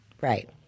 Right